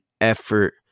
effort